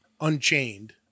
unchained